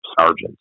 sergeants